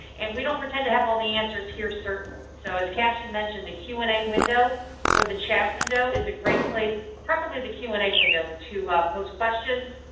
and we don't pretend to have all the answers here, certainly. so as cashin mentioned, the q and a window or the chat window is a great place, preferably the q and a window, to post questions.